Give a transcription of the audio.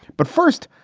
but first,